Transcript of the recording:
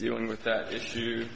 dealing with that issue